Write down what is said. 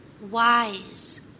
wise